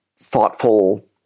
thoughtful